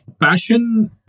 passion